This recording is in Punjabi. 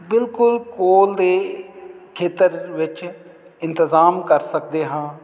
ਬਿਲਕੁਲ ਕੋਲ ਦੇ ਖੇਤਰ ਵਿੱਚ ਇੰਤਜ਼ਾਮ ਕਰ ਸਕਦੇ ਹਾਂ